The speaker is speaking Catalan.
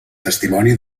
testimoni